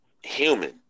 human